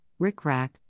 rickrack